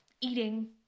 eating